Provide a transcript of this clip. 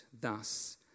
thus